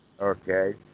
Okay